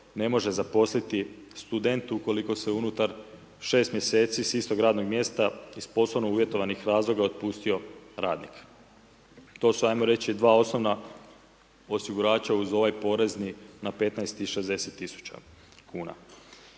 ne može zaposliti student ukoliko se unutar 6 mj. s istog radnog mjesta iz poslovno uvjetovanog razloga otpustio radnik. To su ajmo reći dva osnovna osigurača uz ovaj porezni na 15 i 60 tisuća kn.